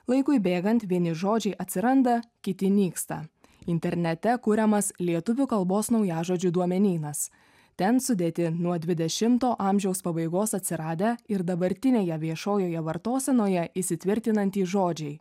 laikui bėgant vieni žodžiai atsiranda kiti nyksta internete kuriamas lietuvių kalbos naujažodžių duomenynas ten sudėti nuo dvidešimto amžiaus pabaigos atsiradę ir dabartinėje viešojoje vartosenoje įsitvirtinantys žodžiai